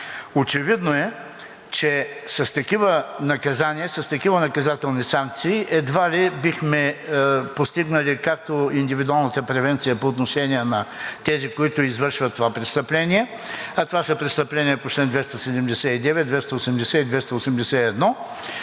Очевидно е, че с такива наказания, с такива наказателни санкции едва ли бихме постигнали както евентуалната превенция по отношение на тези, които извършват това престъпление, а това са престъпления по чл. 279, 280 и 281